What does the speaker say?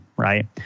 right